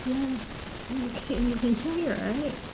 ya you can you can hear me right